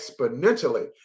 exponentially